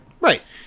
right